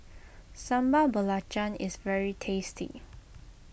Sambal Belacan is very tasty